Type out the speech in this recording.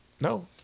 No